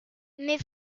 mes